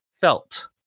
felt